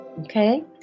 Okay